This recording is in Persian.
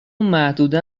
محدوده